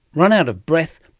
run out of breath,